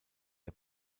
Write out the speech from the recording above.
der